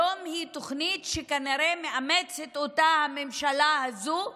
הוא היום תוכנית שכנראה מאמצת הממשלה הזו,